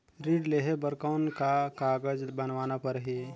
ऋण लेहे बर कौन का कागज बनवाना परही?